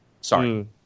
Sorry